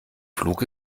flug